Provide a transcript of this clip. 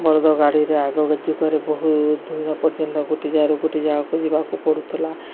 ବଳଦ ଗାଡ଼ିରେ ଆଗ ଯୁଗରେ ବହୁତ ଦିନ ପର୍ଯ୍ୟନ୍ତ ଗୋଟେ ଯାଗାରୁ ଗୋଟେ ଜାଗାକୁ ଯିବାକୁ ପଡ଼ୁଥିଲା